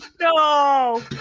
No